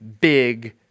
big